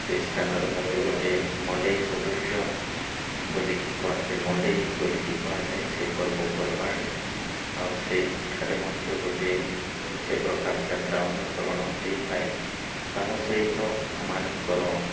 ସେଇ ସ୍ଥାନରେ ମଧ୍ୟ ଗୋଟିଏ ମଣ୍ଡେଇ ସଦୃଶ୍ୟ ବୋଲିକି କୁହାଯାଏ ମଣ୍ଡେଇ ବୋଲିକି କୁହାଯାଏ ସେଇ ପର୍ବପର୍ବାଣି ଆଉ ସେଇଠାରେ ମଧ୍ୟ ଗୋଟିଏ ସେ ପ୍ରକାର ଯାତ୍ରା ଅନୁସରଣ ହେଇଥାଏ ତାହା ସହିତ ଆମମାନଙ୍କର